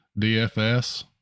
DFS